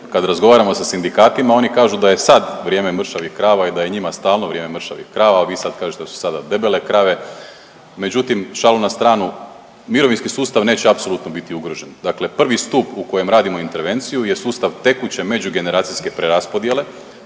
Kad razgovaramo sa sindikatima oni kažu da je sad vrijeme mršavih krava i da je njima stalno vrijeme mršavih krava, a vi sad kažete da su sada debele krave. Međutim, šalu na stranu. Mirovinski sustav neće apsolutno biti ugrožen. Dakle, prvi stup u kojem radimo intervenciju je sustav tekuće međugeneracijske preraspodjele,